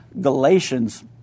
Galatians